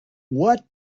what